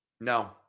No